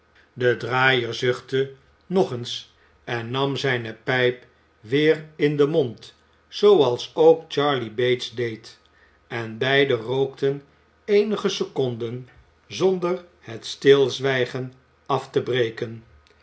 de draaier zuchte nog eens en nam zijne pijp weer in den mond zooals ook charley bates deed en beiden rookten eenige seconden zonder het stilzwijgen af te breken